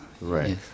Right